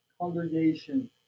congregation